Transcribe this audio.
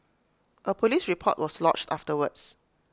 A Police report was lodged afterwards